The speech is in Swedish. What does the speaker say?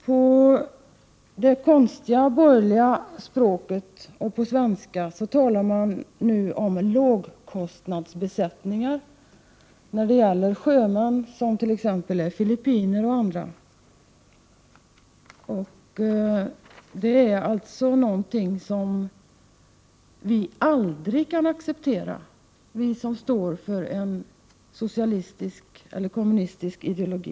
På det konstiga borgerliga svenska språket talar man nu om ”lågkostnadsbesättningar” när det gäller sjömän som t.ex. är filippinare. Detta är någonting som vi aldrig kan acceptera, vi som står för en socialistisk eller kommunistisk ideologi.